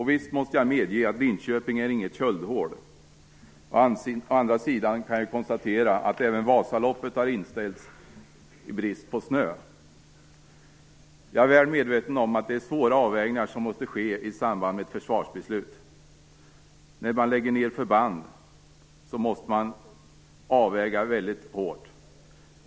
Visst måste jag medge att Linköping inte är något köldhål. Å andra sidan kan jag konstatera att även Vasaloppet har inställts i brist på snö. Jag är väl medveten om att det är svåra avvägningar som måste ske i samband med ett försvarsbeslut. När man lägger ned förband måste man avväga väldigt noga.